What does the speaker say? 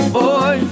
boy